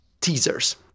teasers